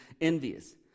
envious